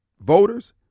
voters